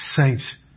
saints